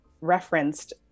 referenced